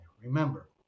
Remember